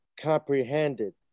comprehended